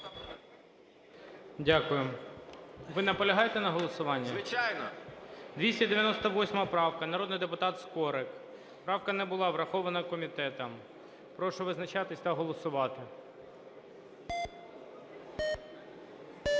Дякую. Ви наполягаєте на голосуванні? СКОРИК М.Л. Звичайно. ГОЛОВУЮЧИЙ. 298 правка, народний депутат Скорик. Правка не була врахована комітетом. Прошу визначатись та голосувати.